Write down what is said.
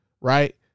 right